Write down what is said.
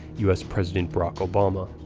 u s. president barack obama.